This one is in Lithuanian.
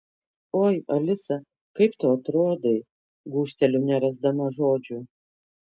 oi alisa kaip tu atrodai gūžteliu nerasdama žodžių